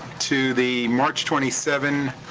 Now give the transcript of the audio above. to the march twenty seven